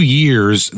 years